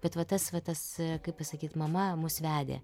bet va tas va tas kaip pasakyt mama mus vedė